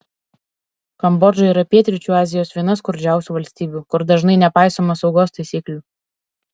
kambodža yra pietryčių azijos viena skurdžiausių valstybių kur dažnai nepaisoma saugos taisyklių